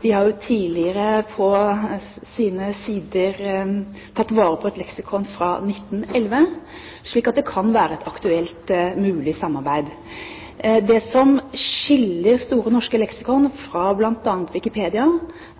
De har jo tidligere på sine sider tatt vare på et leksikon fra 1911, slik at det kan være et aktuelt mulig samarbeid. Det som skiller Store norske leksikon fra bl.a. Wikipedia,